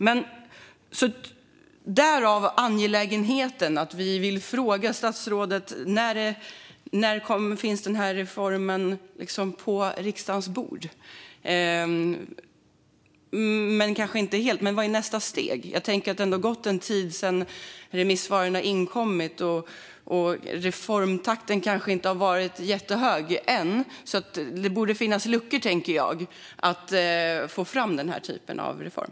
Därav är det angeläget för oss att fråga statsrådet när reformen kommer att finnas på riksdagens bord. Vad är nästa steg? Det har ändå gått en tid sedan remissvaren kom in. Reformtakten har kanske inte varit jättehög än. Jag tänker därför att det borde finnas luckor för att få fram denna typ av reform.